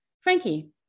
Frankie